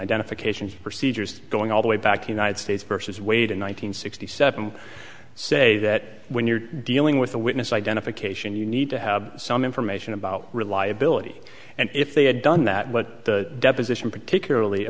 identification procedures going all the way back to united states versus wade in one thousand nine hundred sixty seven say that when you're dealing with a witness identification you need to have some information about reliability and if they had done that what the deposition particularly